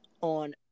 on